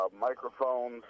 microphones